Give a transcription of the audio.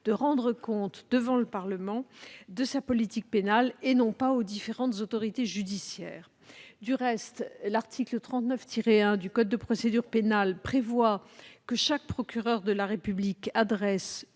de rendre compte devant le Parlement de sa politique pénale, et non pas aux différentes autorités judiciaires. Au reste, l'article 39-1 du code précité prévoit que chaque procureur de la République adresse